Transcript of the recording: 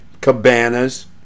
cabanas